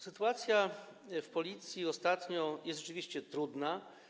Sytuacja w Policji ostatnio jest rzeczywiście trudna.